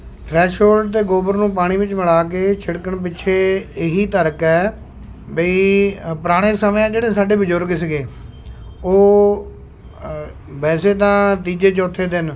threshold ਅਤੇ ਗੋਬਰ ਨੂੰ ਪਾਣੀ ਵਿੱਚ ਮਿਲਾ ਕੇ ਛਿੜਕਣ ਪਿੱਛੇ ਇਹੀ ਤਰਕ ਹੈ ਬਈ ਪੁਰਾਣੇ ਸਮਿਆਂ ਜਿਹੜੇ ਸਾਡੇ ਬਜ਼ੁਰਗ ਸੀਗੇ ਉਹ ਵੈਸੇ ਤਾਂ ਤੀਜੇ ਚੌਥੇ ਦਿਨ